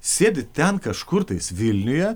sėdit ten kažkurtais vilniuje